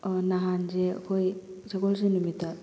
ꯅꯍꯥꯟꯁꯦ ꯑꯩꯈꯣꯏ ꯁꯒꯣꯜꯁꯦꯜ ꯅꯨꯃꯤꯠꯇ